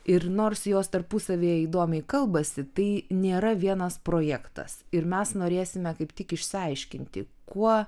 ir nors jos tarpusavyje įdomiai kalbasi tai nėra vienas projektas ir mes norėsime kaip tik išsiaiškinti kuo